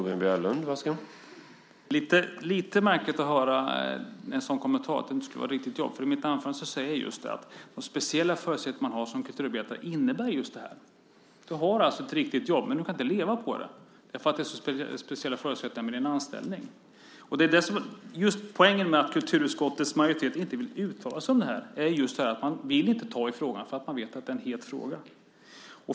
Herr talman! Det är lite märkligt att höra en sådan kommentar - att det inte skulle vara riktiga jobb. I mitt anförande säger jag att de speciella förutsättningar man har som kulturarbetare innebär just detta. Du har ett riktigt jobb men du kan inte leva på det eftersom din anställning har så speciella förutsättningar. Poängen med att kulturutskottets majoritet inte vill uttala sig om det här är just detta. Man vill inte ta i frågan därför att man vet att det är en het fråga.